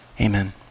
amen